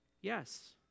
Yes